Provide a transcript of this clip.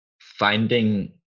finding